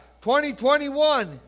2021